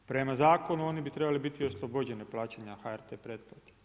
Prema zakonu oni bi trebali biti oslobođeni plaćanja HRT pretplate.